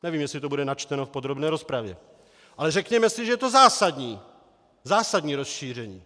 Nevím, jestli to bude načteno v podrobné rozpravě, ale řekněme si, že je to zásadní rozšíření.